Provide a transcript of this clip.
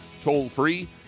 toll-free